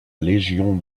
légion